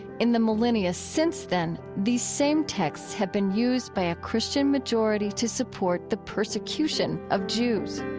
in the millennia since then these same texts have been used by a christian majority to support the persecution of jews